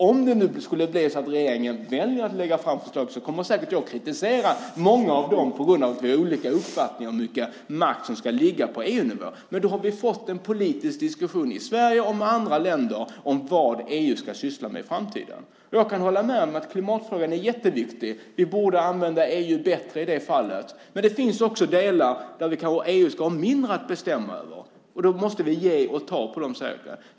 Om det nu skulle bli så att regeringen väljer att lägga fram förslag så kommer jag säkert att kritisera många av dem på grund av att vi har olika uppfattningar om hur mycket makt som ska ligga på EU-nivå, men då har vi fått en politisk diskussion i Sverige om andra länder och om vad EU ska syssla med i framtiden. Jag kan hålla med om att klimatfrågan är jätteviktig. Vi borde använda EU bättre i det fallet. Men det finns också delar där EU kanske ska ha mindre att bestämma över, och då måste vi ge och ta.